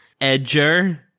Edger